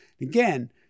Again